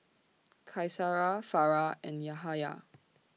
Qaisara Farah and Yahaya